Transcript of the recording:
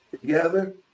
together